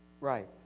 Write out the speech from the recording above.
Right